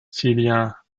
celia